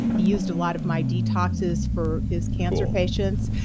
he used a lot of my detoxes for his cancer patients.